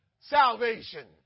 salvation